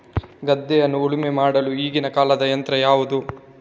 ಗದ್ದೆಯನ್ನು ಉಳುಮೆ ಮಾಡಲು ಈಗಿನ ಕಾಲದ ಯಂತ್ರ ಯಾವುದು?